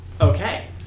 Okay